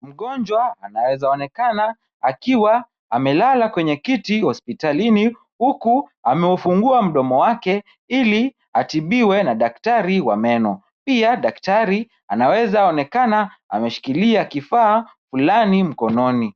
Mgonjwa anaweza onekana akiwa amelala kwenye kiti hospitalini, huku ameufungua mdomo wake ili atibiwe na daktari wa meno. Pia daktari anaweza onekana ameshikilia kifaa fulani mkononi.